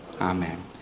amen